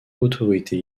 autorité